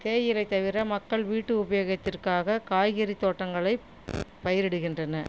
தேயிலை தவிர மக்கள் வீட்டு உபயோகத்திற்காக காய்கறி தோட்டங்களை பயிரிடுகின்றனர்